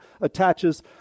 attaches